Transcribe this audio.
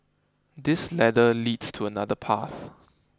this ladder leads to another path